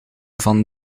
van